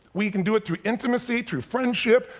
we can do it through intimacy, through friendship,